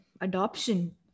adoption